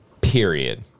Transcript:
period